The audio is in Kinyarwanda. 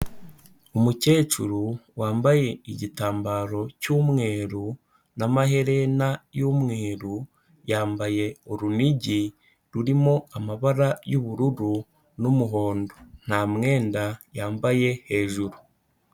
Umukecuru wambaye igitambaro cy'umweru n'amaherena y'umweru, yambaye urunigi rurimo amabara y'ubururu n'umuhondo nta mwenda yambaye hejuru.